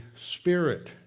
spirit